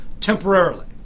temporarily